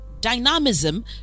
Dynamism